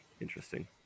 interesting